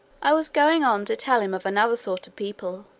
i was going on to tell him of another sort of people,